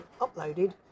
uploaded